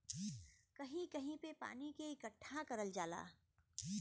कहीं कहीं पे पानी के इकट्ठा करल जाला